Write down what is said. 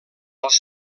els